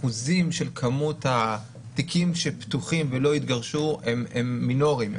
אחוזי התיקים הפתוחים ולא התגרשו הם מינוריים,